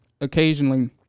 occasionally